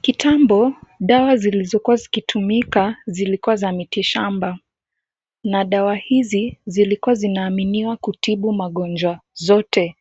Kitambo, dawa zilizokuwa zikitumika zilikuwa za mitishamba na dawa hizi zilikuwa zinaaminiwa kutibu magonjwa zote